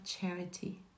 charity